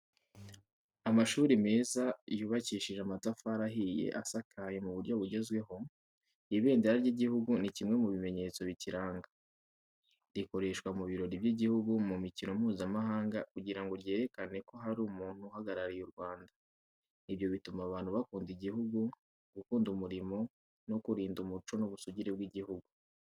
Amashuri meza yubakishije amatafari ahiye asakaye mu buryo bugezweho. Ibendera ry'igihugu ni kimwe mu bimenyetso bikiranga. Rikoreshwa mu birori by’igihugu, mu mikino Mpuzamahanga kugira ngo ryerekane ko hari umuntu uhagarariye u Rwanda. Ibyo bituma abantu bakunda igihugu, gukunda umurimo no kurinda umuco n’ubusugire bw’igihugu.